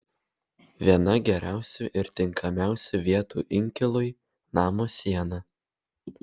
viena geriausių ir tinkamiausių vietų inkilui namo siena